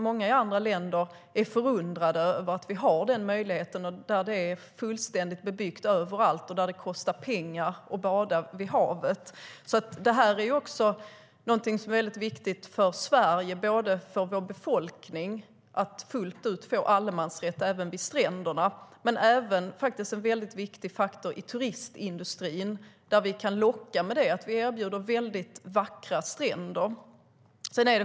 Många i andra länder är förundrade över att vi har den möjligheten. Där kan det vara bebyggt överallt, och där kan det kosta pengar att bada i havet. Det är alltså väldigt viktigt för Sveriges befolkning att allemansrätten gäller fullt ut även vid stränderna. Det är också väldigt viktigt för turistindustrin att vi kan locka med vackra stränder.